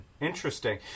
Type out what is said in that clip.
interesting